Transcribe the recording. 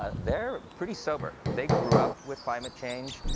ah they're pretty sober. they grew up with climate change.